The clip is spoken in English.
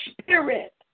spirit